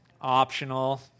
optional